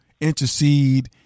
intercede